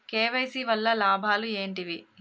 KYC వల్ల లాభాలు ఏంటివి?